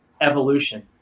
evolution